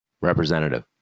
representative